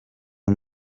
uri